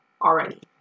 already